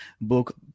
book